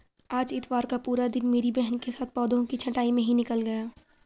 आज इतवार का पूरा दिन मेरी बहन के साथ पौधों की छंटाई में ही निकल गया